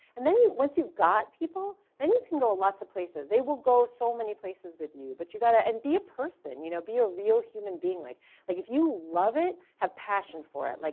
and then once you've got people then you can go lots of places they will go so many places with you, but you gotta and be a person, you know be a real human being. like like if you love it, have passion for it. like